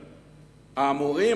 האמורות,